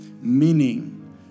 Meaning